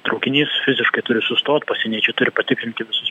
traukinys fiziškai turi sustot pasieniečiai turi patikrint visus